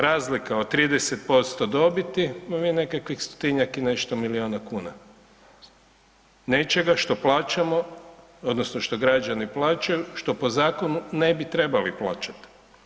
Razlika od 30% dobiti vam je nekakvih stotinjak i nešto milijuna kuna nečega što plaćamo odnosno što građani plaćaju, što po zakonu ne bi trebali plaćati.